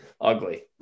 ugly